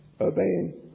obeying